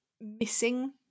missing